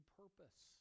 purpose